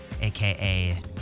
aka